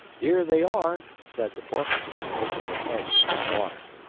here they are, said the porpoises, poking their heads out of the water.